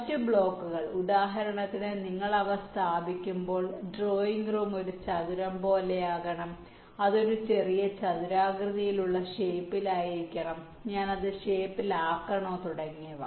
മറ്റ് ബ്ലോക്കുകൾ ഉദാഹരണത്തിന് നിങ്ങൾ അവ സ്ഥാപിക്കുമ്പോൾ ഡ്രോയിംഗ് റൂം ഒരു ചതുരം പോലെയാകണം അത് ഒരു ചെറിയ ചതുരാകൃതിയിലുള്ള ഷേപ്പിലായിരിക്കണം ഞാൻ അത് ഷേപ്പിലാക്കണോ തുടങ്ങിയവ